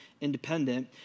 independent